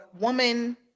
woman